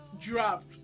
dropped